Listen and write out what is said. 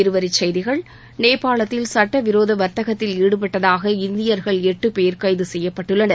இருவரிச் செய்திகள் நேபாளத்தில் சட்டவிரோத வர்த்தகத்தில் ஈடுபட்டதாக இந்தியர்கள் எட்டு பேர் கைது செய்யப்பட்டுள்ளனர்